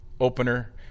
opener